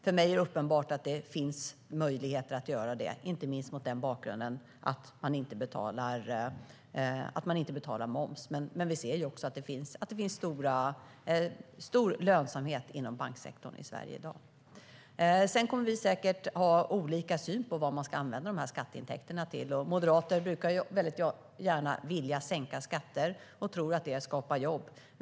För mig är det uppenbart att det finns möjlighet att göra det, inte minst mot bakgrund av att man inte betalar moms. Vi ser också att det finns stor lönsamhet inom banksektorn i Sverige i dag. Vi kommer säkert att ha olika syn på vad dessa skatteintäkter ska användas till. Moderaterna sänker gärna skatter och tror att det skapar jobb.